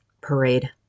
parade